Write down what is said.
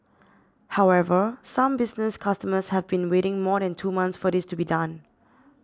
however some business customers have been waiting more than two months for this to be done